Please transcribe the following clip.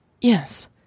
Yes